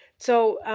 so